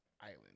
island